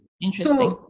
interesting